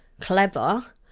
clever